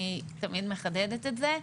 אני תמיד מחדדת את זה,